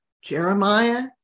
Jeremiah